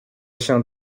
się